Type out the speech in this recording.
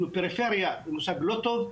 פריפריה הוא מושג לא טוב,